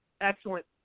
Excellent